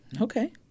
Okay